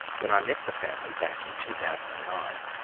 when i met the family back in two thousand and nine,